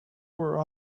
were